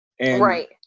Right